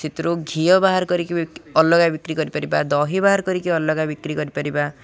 ସେଥିରୁ ଘିଅ ବାହାର କରିକି ଅଲଗା ବିକ୍ରି କରିପାରିବା ଦହି ବାହାର କରିକି ଅଲଗା ବିକ୍ରି କରିପାରିବା